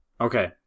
Okay